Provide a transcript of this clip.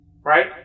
Right